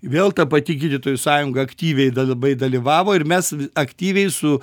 vėl ta pati gydytojų sąjunga aktyviai da labai dalyvavo ir mes aktyviai su